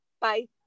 bye